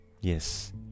yes